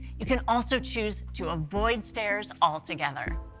you can also choose to avoid stairs altogether.